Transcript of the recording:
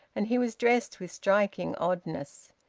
and he was dressed with striking oddness.